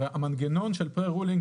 המנגנון של פרה-רולינג